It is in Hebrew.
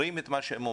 אומרים את מה שאומרים,